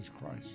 Christ